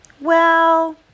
Well